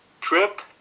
trip